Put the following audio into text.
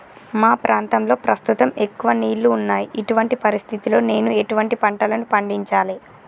మా ప్రాంతంలో ప్రస్తుతం ఎక్కువ నీళ్లు ఉన్నాయి, ఇటువంటి పరిస్థితిలో నేను ఎటువంటి పంటలను పండించాలే?